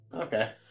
Okay